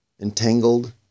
entangled